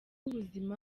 w’ubuzima